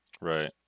Right